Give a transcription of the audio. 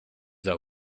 that